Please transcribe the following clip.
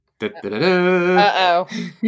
Uh-oh